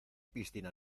piscina